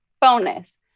bonus